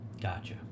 Gotcha